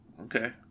Okay